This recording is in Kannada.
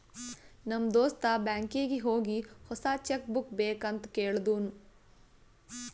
ನಮ್ ದೋಸ್ತ ಬ್ಯಾಂಕೀಗಿ ಹೋಗಿ ಹೊಸಾ ಚೆಕ್ ಬುಕ್ ಬೇಕ್ ಅಂತ್ ಕೇಳ್ದೂನು